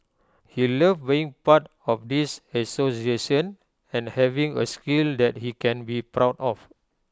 he loved being part of this association and having A skill that he can be proud of